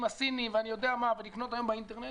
הסיני ואני יודע מה ולקנות היום באינטרנט